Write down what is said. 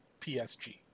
PSG